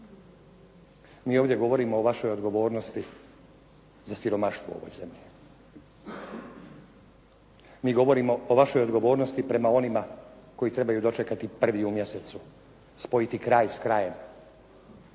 Mi ovdje govorimo o vašoj odgovornosti za siromaštvo u ovoj zemlji. Mi govorimo o vašoj odgovornosti prema onima koji trebaju dočekati prvi u mjesecu, spojiti kraj s krajem,